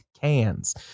cans